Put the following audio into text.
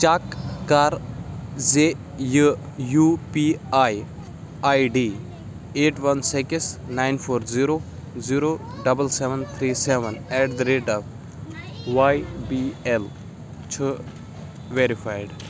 چک کَر زِ یہِ U P I I D eight one six nine four zero zero double seven three seven eight the rate of Y B L چھُ verified